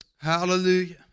Hallelujah